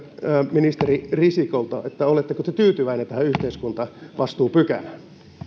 ministeri risikolta oletteko te tyytyväinen tähän yhteiskuntavastuupykälään